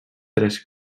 tres